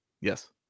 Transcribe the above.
yes